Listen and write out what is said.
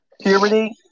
puberty